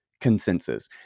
consensus